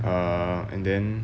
err and then